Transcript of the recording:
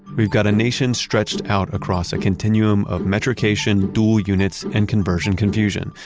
we've got a nation stretched out across a continuum of metrication dual units and conversion confusion,